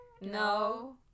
No